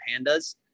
pandas